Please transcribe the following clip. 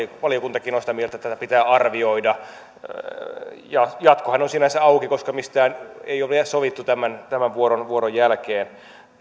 valiokuntakin on sitä mieltä että tätä pitää arvioida jatkohan on sinänsä auki koska mistään ei ole vielä sovittu tämän tämän vuoron vuoron jälkeen